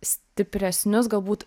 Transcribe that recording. stipresnius galbūt